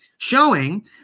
showing